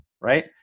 right